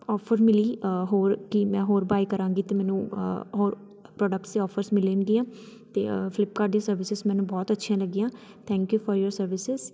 offer ਮਿਲੀ ਹੋਰ ਕਿ ਮੈਂ ਹੋਰ ਬਾਏ ਕਰਾਂਗੀ ਅਤੇ ਮੈਨੂੰ ਹੋਰ ਪ੍ਰੋਡਕਟਸ ਔਫਰਸ ਮਿਲਣਗੀਆਂ ਅਤੇ ਫਲਿੱਪਕਾਰਟ ਦੀ ਸਰਵਿਸਿਸ ਮੈਨੂੰ ਬਹੁਤ ਅੱਛੀਆਂ ਲੱਗੀਆਂ thank you for your services